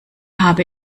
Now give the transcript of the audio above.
habe